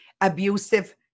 Abusive